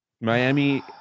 Miami